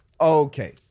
Okay